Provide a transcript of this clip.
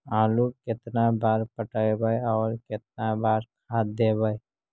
आलू केतना बार पटइबै और केतना बार खाद देबै?